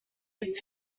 his